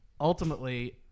ultimately